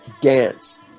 Dance